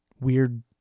weird